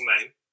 name